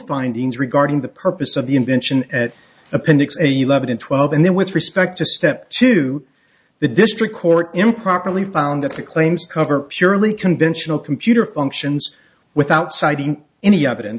findings regarding the purpose of the invention at appendix a you lived in twelve and then with respect to step two the district court improperly found that the claims cover purely conventional computer functions without citing any evidence